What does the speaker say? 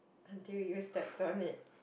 until you step on it